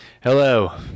Hello